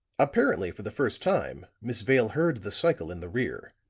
apparently for the first time miss vale heard the cycle in the rear,